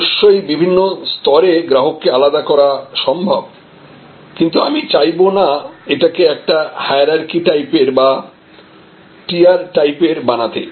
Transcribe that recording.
অবশ্যই বিভিন্ন স্তরে গ্রাহককে আলাদা করা সম্ভব কিন্তু আমি চাইবো না এটাকে একটা হায়ারার্কি টাইপের বা টিয়ার টাইপের বানাতে